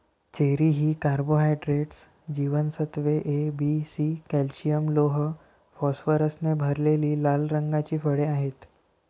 cherry ही carbohydrates, जीवनसत्त्वे A, B, C, calcium, लोह, फॉस्फरसने भरलेली लाल रंगाची फळे आहेत